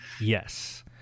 Yes